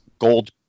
gold